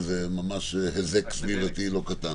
שזה ממש היזק סביבתי לא קטן.